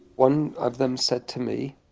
one of them said to me,